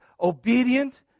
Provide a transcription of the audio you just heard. obedient